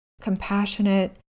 compassionate